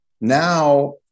Now